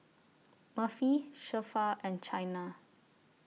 Murphy Zilpha and Chynna